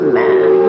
man